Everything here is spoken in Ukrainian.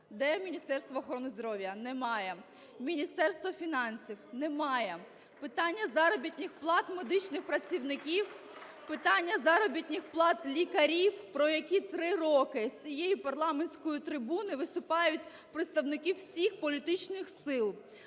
де Міністерство охорони здоров'я? – Немає. Міністерство фінансів? – Немає. (Оплески) Питання заробітних плат медичних працівників, питання заробітних плат лікарів, про які три роки з цієї парламентської трибуни виступають представники всіх політичних сил.